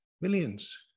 Millions